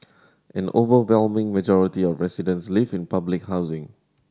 an overwhelming majority of residents live in public housing